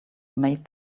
made